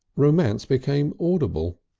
romance became audible.